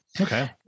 okay